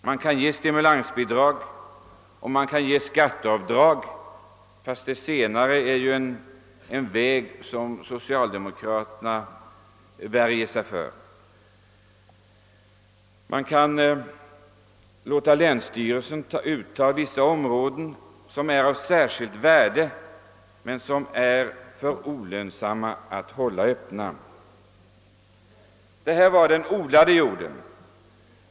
Man kan ge stimulansbidrag och man kan bevilja skatteavdrag — fastän det senare är ju en tanke som socialdemokraterna värjer sig mot. Det är då länsstyrelsen som skall utta vissa områden som är av särskilt värde men som det är alltför olönsamt att hålla öppna genom odling. Detta var alltså den odlade jorden.